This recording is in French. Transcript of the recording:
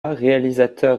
réalisateur